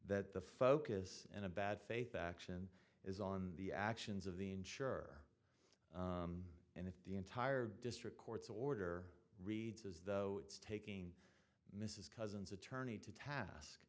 that the focus in a bad faith action is on the actions of the ensure and if the entire district court's order reads as though it's taking mrs cousins attorney to task